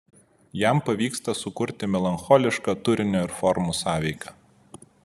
jam pavyksta sukurti melancholišką turinio ir formų sąveiką